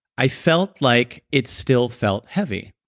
i felt like it still felt heavy,